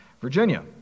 virginia